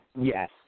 Yes